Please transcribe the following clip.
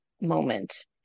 moment